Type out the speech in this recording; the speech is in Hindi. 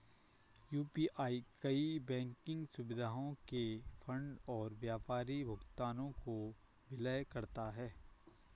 यू.पी.आई कई बैंकिंग सुविधाओं के फंड और व्यापारी भुगतानों को विलय करता है